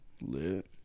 Lit